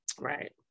right